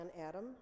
Adam